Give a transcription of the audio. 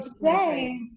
today